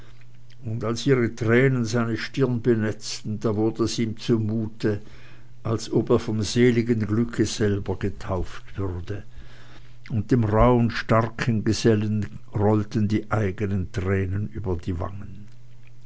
und als ihre tränen seine stirne benetzten da wurde es ihm zu mute als ob er vom seligen glücke selbst getauft würde und dem rauhen starken gesellen rollten die eigenen tränen über die wangen